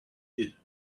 did